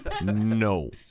No